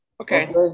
Okay